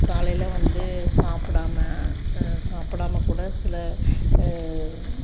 காலையில் வந்து சாப்பிடாம சாப்பிடாம கூட சில